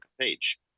page